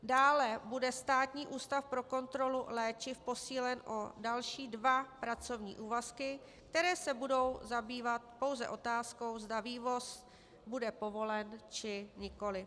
Dále bude Státní ústav pro kontrolu léčiv posílen o další dva pracovní úvazky, které se budou zabývat pouze otázkou, zda vývoz bude povolen, či nikoliv.